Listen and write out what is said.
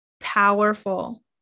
powerful